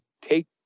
take